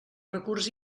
recurs